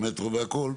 למטרו וכולי,